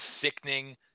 sickening